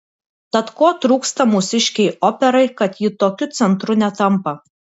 tad ko trūksta mūsiškei operai kad ji tokiu centru netampa